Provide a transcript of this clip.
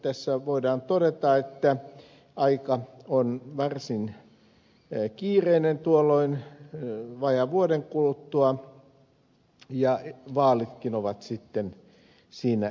tässä voidaan todeta että aika on varsin kiireinen tuolloin vajaan vuoden kuluttua ja vaalitkin ovat sitten siinä edessä